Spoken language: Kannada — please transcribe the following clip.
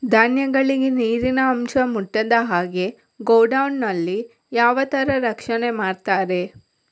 ಧಾನ್ಯಗಳಿಗೆ ನೀರಿನ ಅಂಶ ಮುಟ್ಟದ ಹಾಗೆ ಗೋಡೌನ್ ನಲ್ಲಿ ಯಾವ ತರ ರಕ್ಷಣೆ ಮಾಡ್ತಾರೆ?